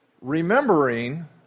remembering